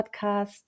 podcast